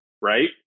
Right